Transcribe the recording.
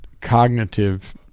cognitive